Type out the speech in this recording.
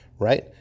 right